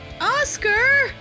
Oscar